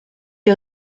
les